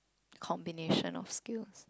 combination of skills